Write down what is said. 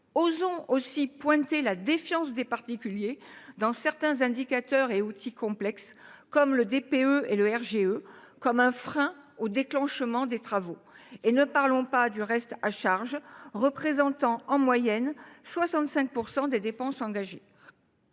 nions pas le rôle de la défiance des particuliers envers certains indicateurs et outils complexes, comme le DPE et le RGE, comme frein au déclenchement des travaux. Et je n’aborde même pas le reste à charge, qui représente en moyenne 65 % des dépenses engagées.